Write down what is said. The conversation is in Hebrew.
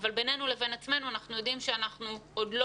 אבל בינינו לבין עצמנו אנחנו יודעים שאנחנו עוד לא